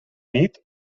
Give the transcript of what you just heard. nit